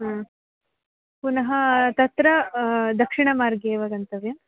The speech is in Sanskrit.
हा पुनः तत्र दक्षिणमार्गे एव गन्तव्यं